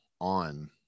on